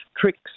tricks